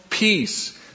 peace